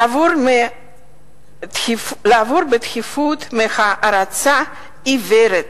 לעבור בדחיפות מהערצה עיוורת